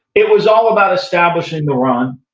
it was all about establishing the run.